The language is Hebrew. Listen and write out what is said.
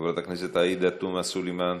חברת הכנסת עאידה תומא סלימאן,